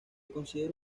considera